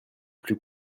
plus